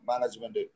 management